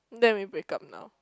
then we break up now